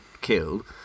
killed